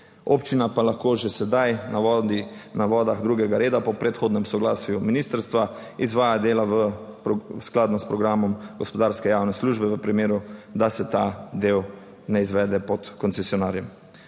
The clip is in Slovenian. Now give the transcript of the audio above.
Občina pa lahko že sedaj na vodi, na vodah drugega reda, po predhodnem soglasju ministrstva izvaja dela skladno s programom gospodarske javne službe v primeru, da se ta del ne izvede pod koncesionarjem.